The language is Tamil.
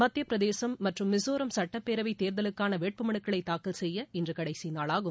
மத்தியப்பிரதேசும் மற்றும் மிசோராம் சுட்டப்பேரவைத் தேர்தலுக்கான வேட்புமனுக்களை தாக்கல் செய்ய இன்று கடைசிநாளாகும்